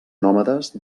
nòmades